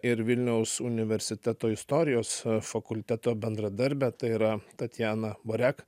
ir vilniaus universiteto istorijos fakulteto bendradarbę tai yra tatjaną varek